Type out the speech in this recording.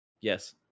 Yes